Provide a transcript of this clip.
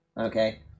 okay